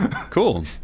Cool